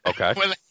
Okay